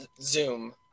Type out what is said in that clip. Zoom